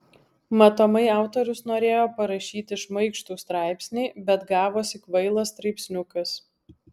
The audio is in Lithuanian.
matomai autorius norėjo parašyti šmaikštų straipsnį bet gavosi kvailas straipsniukas